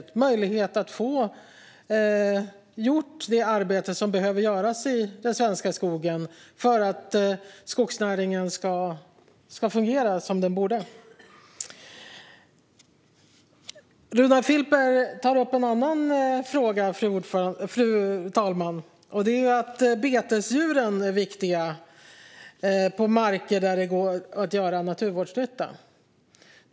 Det var en möjlighet att få gjort det arbete som behöver göras i den svenska skogen för att skogsnäringen ska fungera som den borde. Runar Filper tar upp en annan fråga, om att betesdjuren är viktiga i marker där det går att göra naturvårdsnytta.